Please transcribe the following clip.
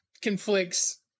conflicts